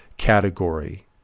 Category